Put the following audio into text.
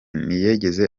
ntiyigeze